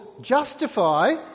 justify